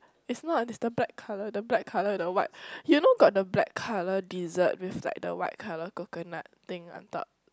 is not is the black colour the black colour the what you know got the black colour dessert with like the white colour coconut thing on top